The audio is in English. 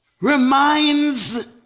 reminds